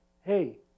hey